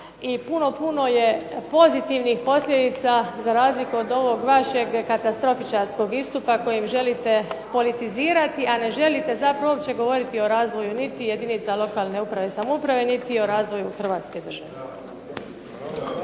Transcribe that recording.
puno je pozitivnih posljedica za razliku od ovog vašeg katasrofičarskog istupa kojim želite politizirati, a ne želite zapravo uopće govoriti o razvoju niti jedinica lokalne uprave i samouprave niti o razvoju Hrvatske države.